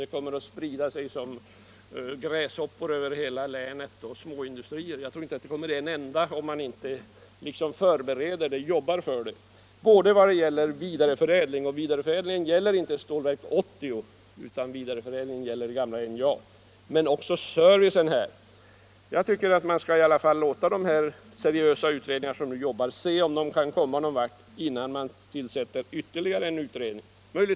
Det kommer att sprida sig som ringar på vattnet över hela länet och småindustrier kommer att växa upp.” Jag tror inte det blir en enda ny industri om man inte jobbar för det vad beträffar både vidareförädling och service. Vi bör emellertid se om de seriösa utredningar som nu jobbar kommer någonvart innan vi tillsätter ytterligare en utredning.